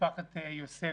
משפחת יוספי,